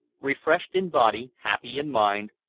refreshed in body, happy in mind,